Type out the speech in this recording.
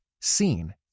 seen